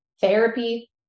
Therapy